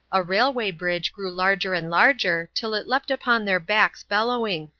a railway bridge grew larger and larger till it leapt upon their backs bellowing,